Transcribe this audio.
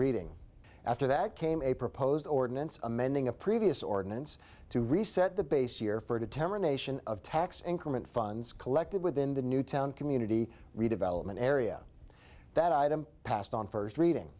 reading after that came a proposed ordinance amending a previous ordinance to reset the base year for determination of tax increment funds collected within the newtown community redevelopment area that item passed on first reading